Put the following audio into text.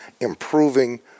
improving